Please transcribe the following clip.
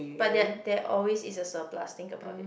but that there always is a surplus think about it